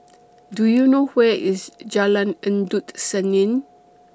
Do YOU know Where IS Jalan Endut Senin